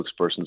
spokesperson